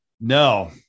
no